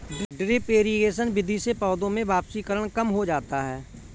drip irrigation विधि से पौधों में वाष्पीकरण कम हो जाता है